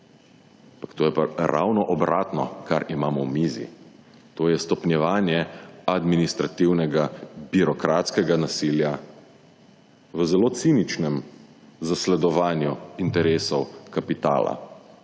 to je pa ravno obratno, kar imamo v mizi.to je stopnjevanje administrativnega, birokratskega nasilja v zelo ciničnem zasledovanju interesov kapitala,